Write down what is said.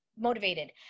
motivated